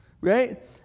right